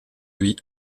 lui